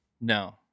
No